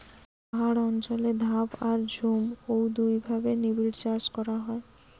পাহাড় অঞ্চলে ধাপ আর ঝুম ঔ দুইভাবে নিবিড়চাষ করা হয়